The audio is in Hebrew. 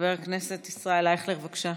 חבר הכנסת ישראל אייכלר, בבקשה,